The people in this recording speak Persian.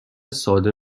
ساده